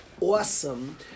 awesome